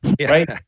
right